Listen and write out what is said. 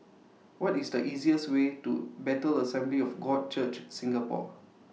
What IS The easiest Way to Bethel Assembly of God Church Singapore